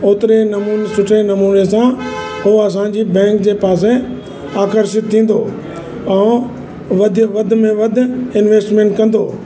ओतिरे नमूने सुठे नमूने सां उहो असांजी बैंक जे पासे आकर्षित थींदो ऐं वधि वधि में वधि इंवेस्टमेंट कंदो